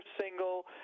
single